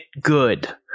Good